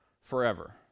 forever